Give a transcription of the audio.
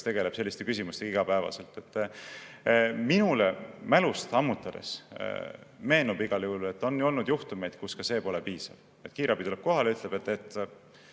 kes tegeleb selliste küsimustega igapäevaselt. Minule mälust ammutades meenub igal juhul, et on olnud juhtumeid, kus ka see pole olnud piisav. Kiirabi tuleb kohale ja ütleb, et